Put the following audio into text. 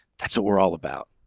that's what we're all about.